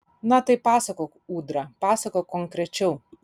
na tai pasakok ūdra pasakok konkrečiau